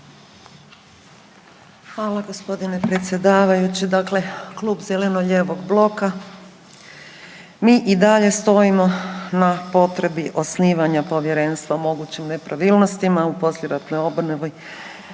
Hvala gospodine predsjedavajući. Dakle Klub zeleno-lijevog bloka mi i dalje stojimo na potrebi osnivanja Povjerenstva o mogućim nepravilnostima u poslijeratnoj obnovi